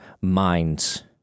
minds